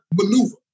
maneuver